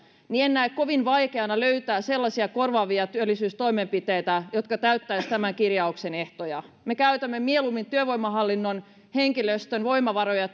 en näe kovin vaikeana löytää sellaisia korvaavia työllisyystoimenpiteitä jotka täyttäisivät tämän kirjauksen ehtoja me käytämme työvoimahallinnon henkilöstön voimavaroja